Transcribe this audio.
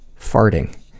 Farting